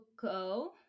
go